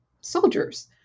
soldiers